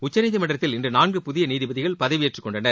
உச்சநீதிமன்றத்தில் இன்று நான்கு புதிய நீதிபதிகள் பதவியேற்றுக் கொண்டனர்